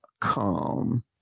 come